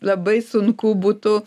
labai sunku būtų